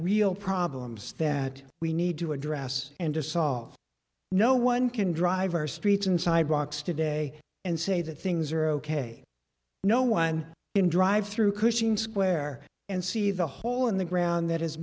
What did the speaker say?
real problems that we need to address and to solve no one can drive our streets and sidewalks today and say that things are ok no one can drive through cushing square and see the hole in the ground that has